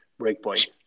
Breakpoint